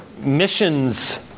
missions